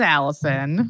Allison